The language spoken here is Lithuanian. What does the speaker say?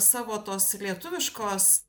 savo tos lietuviškos